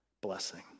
blessing